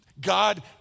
God